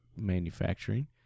manufacturing